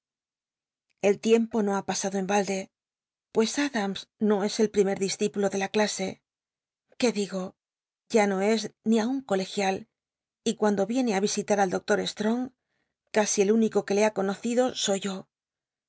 el tiempo no ha pasado en balde pues adams no es el l'imer discípulo de la clase que digo ya no iene ti visitat al doces ni aun colegial y cuando viene á visitar al doctor strong casi el único que te ha conocido